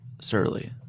surly